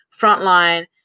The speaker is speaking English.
frontline